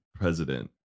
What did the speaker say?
president